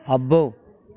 అబ్బో